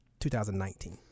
2019